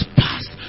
past